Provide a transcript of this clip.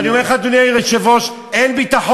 ואני אומר לך, אדוני היושב-ראש: אין ביטחון.